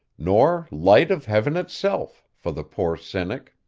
nor light of heaven itself, for the poor cynic.